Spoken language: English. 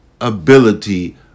ability